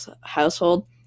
household